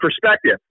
perspective